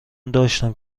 داشتم